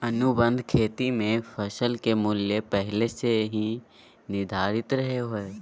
अनुबंध खेती मे फसल के मूल्य पहले से ही निर्धारित रहो हय